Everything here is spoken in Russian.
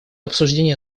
обсуждение